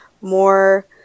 more